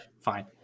fine